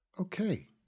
Okay